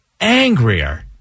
angrier